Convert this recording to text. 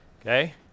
okay